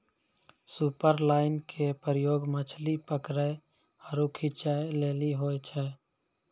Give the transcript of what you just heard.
superline के प्रयोग मछली पकरै आरु खींचै लेली होय छै